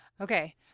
okay